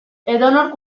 edonork